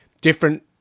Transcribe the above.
different